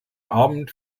abend